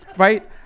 right